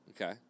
Okay